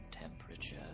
Temperature